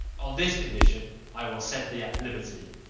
on this condition i will set thee at liberty,